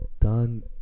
done